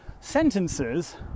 sentences